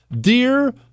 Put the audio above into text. Dear